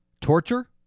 torture